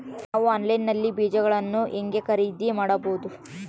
ನಾವು ಆನ್ಲೈನ್ ನಲ್ಲಿ ಬೇಜಗಳನ್ನು ಹೆಂಗ ಖರೇದಿ ಮಾಡಬಹುದು?